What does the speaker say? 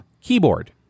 keyboard